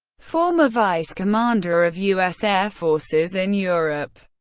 former vice commander of u s. air forces in europe.